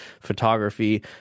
photography